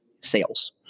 sales